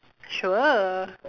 sure